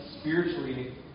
spiritually